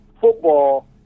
football